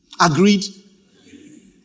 Agreed